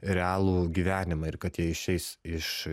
realų gyvenimą ir kad jie išeis iš